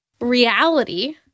reality